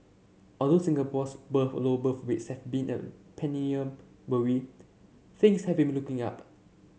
although Singapore's birth low birth rates have been a perennial worry things have been looking up